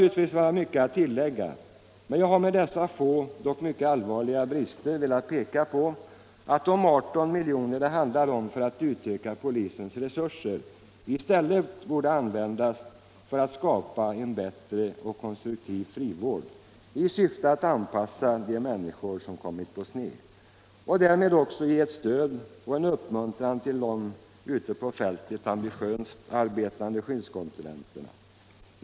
sön Det skulle vara mycket att tillägga, jag har dock genom att erinra — Anslag till polisväom dessa få men mycket allvarliga brister velat peka på att de 18 milj. sendet kr. det handlar om för att utöka polisens resurser i stället borde användas för att skapa en bättre och konstruktiv frivård i syfte att anpassa de människor som kommit på sned och därmed också ge ett stöd och en uppmuntran till de ute på fältet ambitiöst arbetande skyddskonsulenterna.